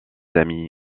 amis